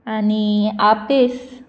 आनी आपेस